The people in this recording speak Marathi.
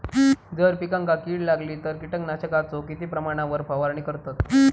जर पिकांका कीड लागली तर कीटकनाशकाचो किती प्रमाणावर फवारणी करतत?